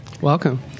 Welcome